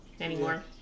anymore